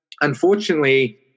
unfortunately